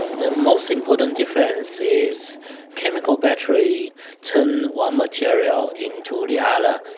the most important difference is chemical batteries turn one material into the ah other.